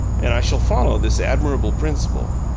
and i shall follow this admirable principle.